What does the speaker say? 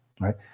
right